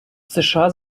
сша